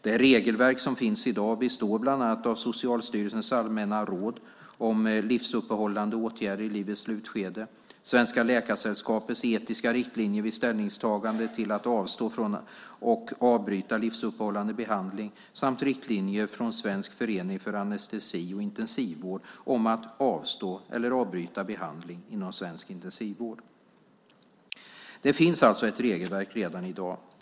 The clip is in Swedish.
Det regelverk som finns i dag består bland annat av Socialstyrelsens allmänna råd, Livsuppehållande åtgärder i livets slutskede , Svenska Läkaresällskapets Etiska riktlinjer vid ställningstagande till att avstå från och avbryta livsuppehållande behandling samt riktlinjer från Svensk Förening för Anestesi och Intensivvård, Avstå eller avbryta behandling inom svensk intensivvård . Det finns alltså ett regelverk redan i dag.